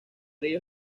río